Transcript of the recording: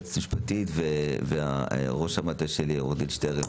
היועצת המשפטית וראש המטה שלי עודד שטרן,